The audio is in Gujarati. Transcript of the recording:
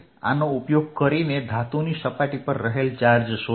આનો ઉપયોગ કરીને ધાતુની સપાટી પર રહેલ ચાર્જ શોધીએ